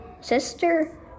sister